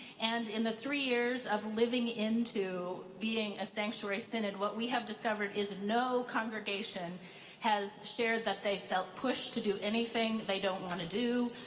and in the three years of living into being a sanctuary synod, what we have discovered is no congregation has shared that they felt pushed to do anything they don't want to do.